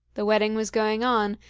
the wedding was going on,